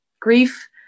Grief